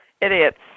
idiots